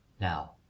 Now